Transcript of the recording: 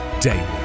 daily